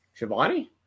Shivani